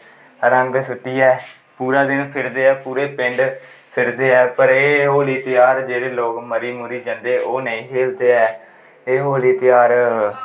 रंग सुटियै पुरा दिन फिर पुरे पिंड फिरदे ऐ पर एह् होली तेहार जेह्ड़े लोक मरी मुरी जंदे ओह् नेंई खैलदे ऐ एह् होली तेहार